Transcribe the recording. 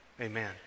Amen